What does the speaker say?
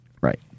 Right